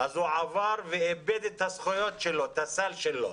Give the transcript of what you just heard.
הוא עבר ואיבד את הזכויות ואת הסל שלו,